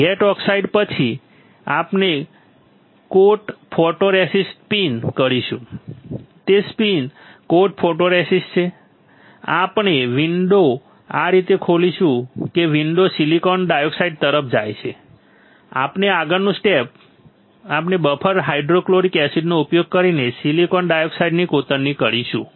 gate oxide પછી આપણે coat photoresist spin કરીશું તે સ્પિન કોટ ફોટોરેસિસ્ટ છે આપણે વિન્ડો આ રીતે ખોલીશું કે વિન્ડો સિલિકોન ડાયોક્સાઇડ તરફ જાય છે અને આગળનું સ્ટેપ આપણે બફર હાઇડ્રોફ્લોરિક એસિડનો ઉપયોગ કરીને સિલિકોન ડાયોક્સાઇડની કોતરણી કરીશું